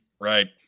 Right